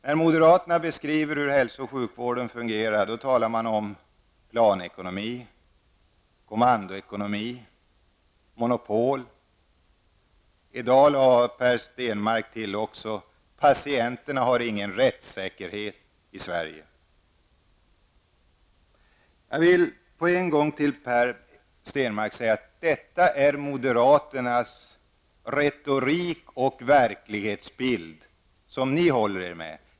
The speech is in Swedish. När moderaterna beskriver hur hälso och sjukvården fungerar talar de om planekonomi, kommandoekonomi och monopol. I dag lade Per Stenmarck till följande: Patienterna i Sverige har ingen rättssäkerhet. Jag vill med en gång säga till Per Stenmarck att detta är moderaternas retorik och den verklighetsbild som de håller sig med.